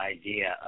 idea